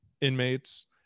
inmates